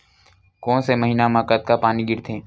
कोन से महीना म कतका पानी गिरथे?